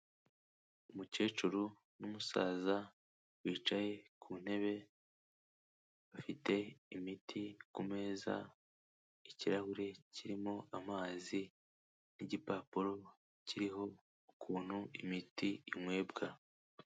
Umukecuru n'umusaza bicaye ku ntebe, bafite imiti ku meza, ikirahure kirimo amazi n'igipapuro kiriho ukuntu imiti inywebwa.